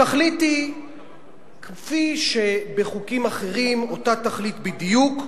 התכלית היא כמו בחוקים אחרים, אותה תכלית בדיוק,